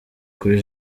kuri